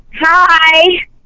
Hi